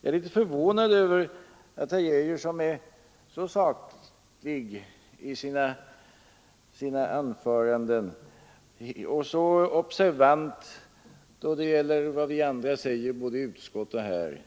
Jag är litet förvånad över att herr Geijer, som är så saklig i sina anföranden och så observant då det gäller vad vi andra säger både i utskott och här,